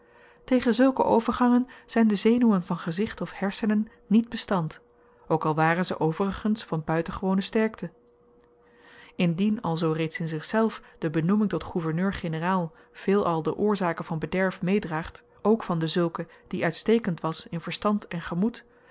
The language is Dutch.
tegen zulke overgangen zyn de zenuwen van gezicht of hersenen niet bestand ook al waren zy overigens van buitengewone sterkte indien alzoo reeds in zichzelf de benoeming tot gouverneur-generaal veelal de oorzaken van bederf meedraagt ook van denzulken die uitstekend was in verstand en gemoed